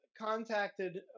contacted